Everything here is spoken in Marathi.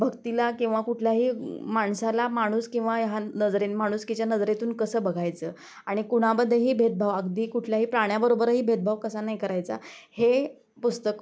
भक्तीला किंवा कुठल्याही माणसाला माणूस किंवा ह्या नजरेने माणुसकीच्या नजरेतून कसं बघायचं आणि कुणामध्येही भेदभाव अगदी कुठल्याही प्राण्याबरोबरही भेदभाव कसा नाही करायचा हे पुस्तक